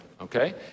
okay